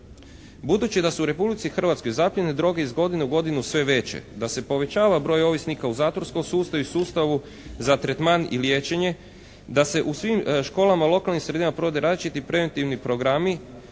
Budući da su u Republici Hrvatskoj zaplijene droge iz godine u godinu sve veće, da se povećava broj ovisnika u zatvorskom sustavu i sustavu za tretman i liječenje, da se u svim školama lokalnih sredina provode različiti preventivni programi